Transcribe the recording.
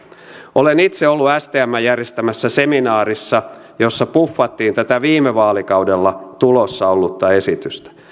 olen itse ollut stmn järjestämässä seminaarissa jossa puffattiin tätä viime vaalikaudella tulossa ollutta esitystä